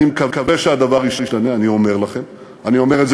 אני מקווה שהדבר ישתנה,